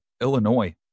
Illinois